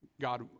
God